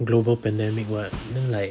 global pandemic [what] then like